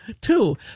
Two